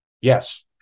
Yes